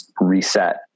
reset